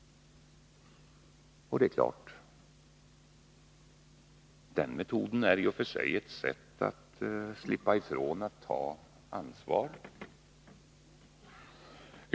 Klart är, att den metoden i och för sig är ett sätt att slippa ifrån att ta ansvar.